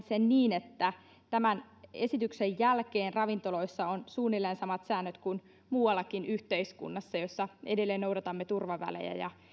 sen niin että tämän esityksen jälkeen ravintoloissa on suunnilleen samat säännöt kuin muuallakin yhteiskunnassa jossa edelleen noudatamme turvavälejä ja